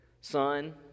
son